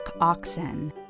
Oxen